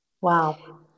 Wow